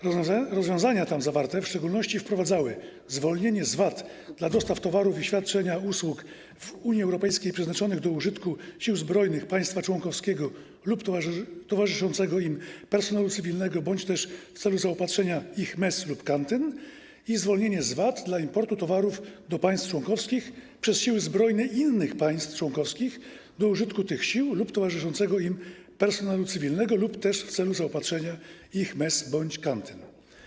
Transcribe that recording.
Rozwiązania tam zawarte w szczególności wprowadzały zwolnienie z VAT dotyczące dostaw towarów i świadczenia usług w Unii Europejskiej na użytek sił zbrojnych państwa członkowskiego lub towarzyszącego im personelu cywilnego bądź też w celu zaopatrzenia ich mes lub kantyn i zwolnienie z VAT dotyczące importu towarów do państw członkowskich przez siły zbrojne innych państw członkowskich na użytek tych sił lub towarzyszącego im personelu cywilnego lub też w celu zaopatrzenia ich mes bądź kantyn.